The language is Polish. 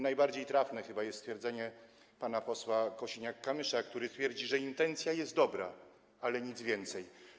Najbardziej trafne jest chyba stwierdzenie pana posła Kosiniaka-Kamysza, który twierdzi, że intencja jest dobra, ale nic więcej.